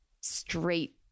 straight